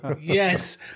Yes